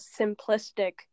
simplistic